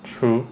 true